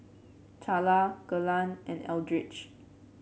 Charla Kelan and Eldridge